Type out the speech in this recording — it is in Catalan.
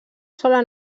sola